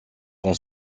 qu’on